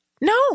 No